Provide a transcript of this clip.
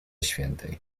świętej